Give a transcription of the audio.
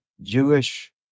Jewish